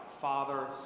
Father